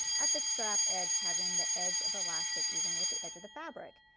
at the strap edge having the edge of elastic even with the edge of the fabric,